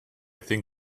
think